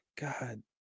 God